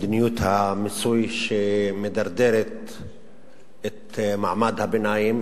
מדיניות המיסוי שמדרדרת את מעמד הביניים,